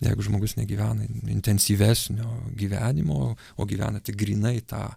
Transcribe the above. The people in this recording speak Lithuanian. jeigu žmogus negyvena intensyvesnio gyvenimo o gyvena tik grynai tą